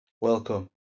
welcome